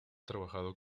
trabajado